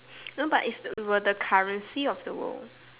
no but is were the currency of the world